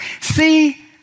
see